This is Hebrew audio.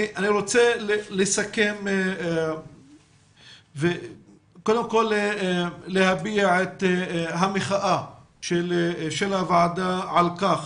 אני רוצה לסכם את הדיון וקודם כל להביע את המחאה של הוועדה על כך